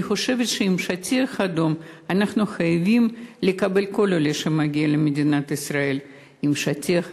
אני חושבת שאנחנו חייבים לקבל כל עולה שמגיע למדינת ישראל על שטיח אדום.